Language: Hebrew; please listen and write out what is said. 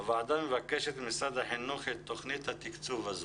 הוועדה מבקשת ממשרד החינוך את תוכנית התקצוב הזו.